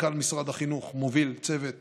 מנכ"ל משרד החינוך מוביל צוות